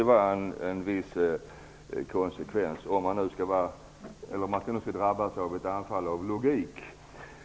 Det skulle ju bli konsekvensen, om man nu skulle drabbas av ett anfall av logik.